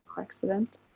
accident